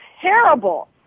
terrible